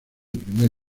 primer